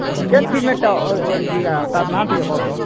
କେନ୍ cement ଅଲ୍ଗା ତାର୍ ନା ଟିକେ କହ ତ